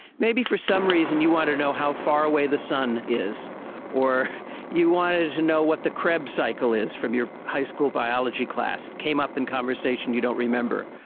maybe for some reason you wanted to know how far away the sun is or you wanted to know what the krebs cycle is from your high school biology class, it came up in conversation, you don't remember,